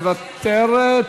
מוותרת,